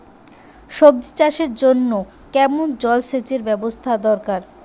সবজি চাষের জন্য কেমন জলসেচের ব্যাবস্থা দরকার?